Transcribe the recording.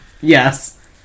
yes